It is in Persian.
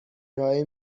ارائه